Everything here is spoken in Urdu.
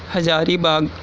ہزاری باغ